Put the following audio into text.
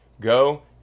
go